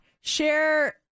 Share